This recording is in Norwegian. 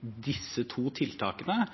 disse to tiltakene,